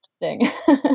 interesting